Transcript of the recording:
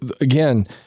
again